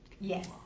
Yes